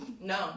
no